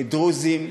דרוזים.